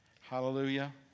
Hallelujah